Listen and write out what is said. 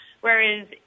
whereas